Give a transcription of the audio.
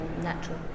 natural